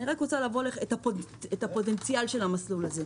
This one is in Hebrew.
אני רוצה להראות לכם את הפוטנציאל של המסלול הזה.